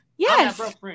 Yes